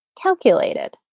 calculated